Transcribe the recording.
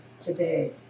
today